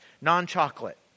non-chocolate